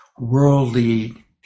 Worldly